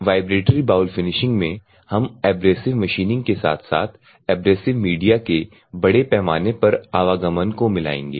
vibratory bowl finishing में हम abrasive machining के साथ साथ एब्रेसिव मीडिया के बड़े पैमाने पर आवागमन को मिलाएंगे